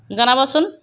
জনাবচোন